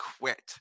quit